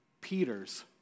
Peter's